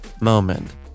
moment